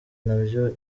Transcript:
ntabyo